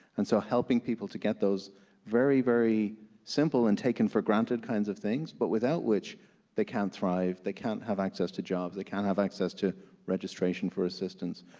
and so helping people to get those very, very simple and taken for granted kinds of things, but without which they can't thrive. they can't have access to jobs. they can't have access to registration for assistance,